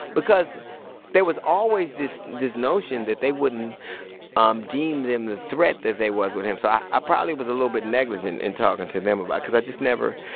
because there was always this this notion that they wouldn't um deem them the threat that there was with him. so i ah probably was a little bit negligent in talking to them about because i just never.